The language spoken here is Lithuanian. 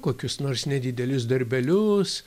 kokius nors nedidelius darbelius